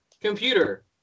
Computer